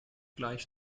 gleich